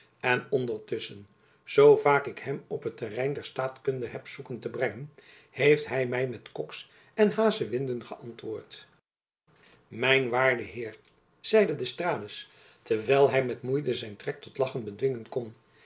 en ondertusschen zoo vaak ik hem op het terrein der staatkunde heb zoeken te brengen heeft hy my met koks en hazewinden geantwoord mijn waarde heer zeide d'estrades terwijl hy met moeite zijn trek tot lachen bedwingen kon